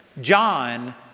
John